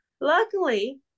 Luckily